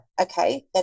Okay